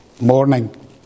morning